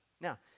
Now